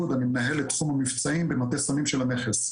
תחום המבצעים במטה סמים של המכס.